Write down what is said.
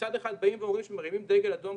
מצד אחד באים ואומרים שמרימים דגל אדום,